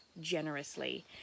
generously